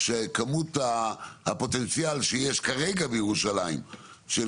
שכמות הפוטנציאל שיש כרגע בירושלים של